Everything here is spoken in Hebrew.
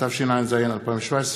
התשע"ז 2017,